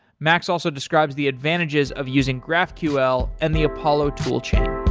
max also describes the advantages of using graphql and the apollo toolchain